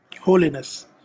holiness